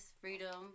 freedom